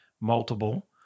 multiple